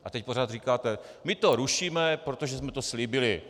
A teď pořád říkáte: my to rušíme, protože jsme to slíbili.